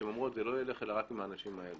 שהן פשוט אומרות שזה לא ילך אלא רק עם האנשים האלה.